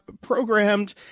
programmed